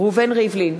ראובן ריבלין,